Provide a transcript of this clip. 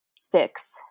Sticks